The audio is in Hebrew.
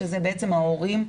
שזה בעצם ההורים,